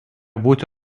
būti